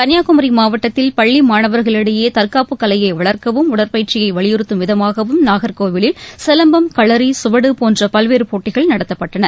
கன்னியாகுமரி மாவட்டத்தில் பள்ளி மாணவர்களிடையே தற்காப்புக் கலையை வளர்க்கவும் உடற்பயிற்சியை வலியுறுத்தும் விதமாக நாகர்கோவிலில் சிலம்பம் களரி சுவடு போன்ற பல்வேறு போட்டிகள் நடத்தப்பட்டன